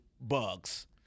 bugs